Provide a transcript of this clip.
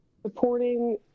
supporting